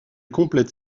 complètent